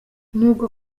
n’ubwo